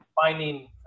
finding –